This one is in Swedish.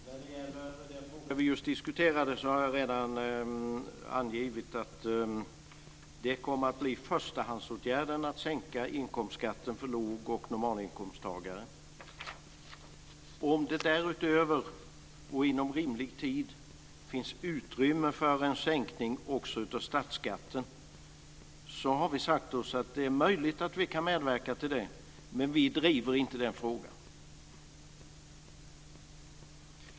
Fru talman! När det gäller den fråga vi just diskuterade har jag redan angivit att det kommer att bli förstahandsåtgärden att sänka inkomstskatten för lågoch normalinkomsttagare. Om det därutöver och inom rimlig tid finns utrymme för en sänkning också av statsskatten har vi sagt oss att det är möjligt att vi kan medverka till det, men vi driver inte den frågan.